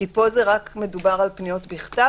פה רק מדובר על פניות בכתב.